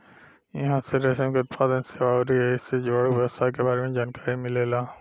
इहां से रेशम के उत्पादन, सेवा अउरी ऐइसे जुड़ल व्यवसाय के बारे में जानकारी मिलेला